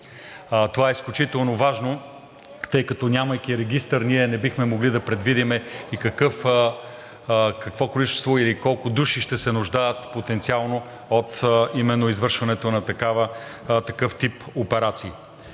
Това е изключително важно, тъй като нямайки регистър, ние не бихме могли да предвидим и какво количество или колко души ще се нуждаят потенциално от извършването на такъв тип операции.